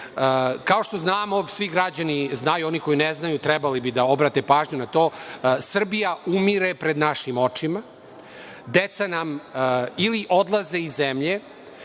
što znamo svi građani znaju, oni koji ne znaju trebali bi da obrate pažnju na to Srbija umire pred našim očima, deca nam ili odlaze iz zemlje